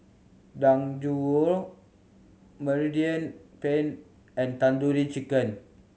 Dangojiru Mediterranean Penne and Tandoori Chicken